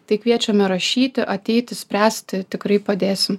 tai kviečiame rašyti ateiti spręsti tikrai padėsim